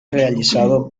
realizado